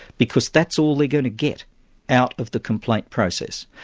because that's all they're going to get out of the complaint process,